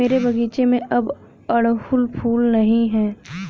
मेरे बगीचे में अब अड़हुल फूल नहीं हैं